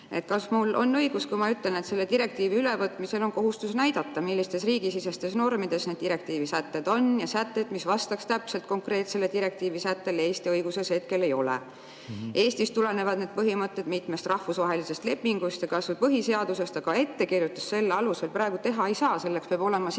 Kas mul on õigus, kui ma ütlen, et selle direktiivi ülevõtmisel on kohustus näidata, millistes riigisisestes normides need direktiivi sätted on, ja sätteid, mis vastaks täpselt konkreetsele direktiivi sättele, Eesti õiguses hetkel ei ole? Eestis tulenevad need põhimõtted mitmest rahvusvahelisest lepingust ja kas või põhiseadusest, aga ettekirjutust selle alusel praegu teha ei saa. Selleks peab olema seaduses